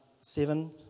seven